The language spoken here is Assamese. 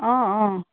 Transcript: অ অ